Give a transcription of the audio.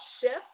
shift